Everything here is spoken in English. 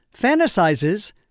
fantasizes